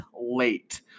late